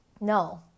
no